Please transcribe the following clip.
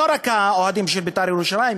לא רק האוהדים של בית"ר ירושלים,